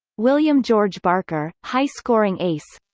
william george barker high scoring ace